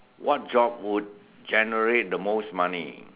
what job would generate the most money